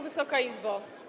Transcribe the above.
Wysoka Izbo!